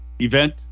event